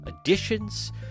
additions